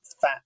fat